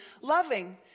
loving